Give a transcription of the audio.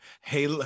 Hey